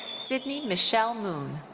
sydney michelle moon.